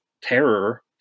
terror